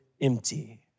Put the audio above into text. empty